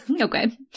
Okay